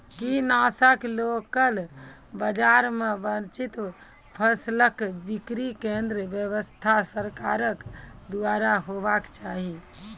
किसानक लोकल बाजार मे वाजिब फसलक बिक्री केन्द्रक व्यवस्था सरकारक द्वारा हेवाक चाही?